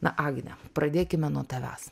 na agne pradėkime nuo tavęs